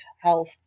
health